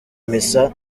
misa